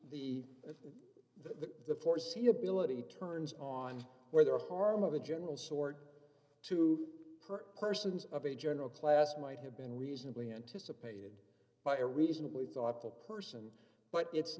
the the the foreseeability turns on whether harm of a general sort to per person is of a general class might have been reasonably anticipated by a reasonably thoughtful person but it's